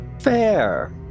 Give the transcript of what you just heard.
Fair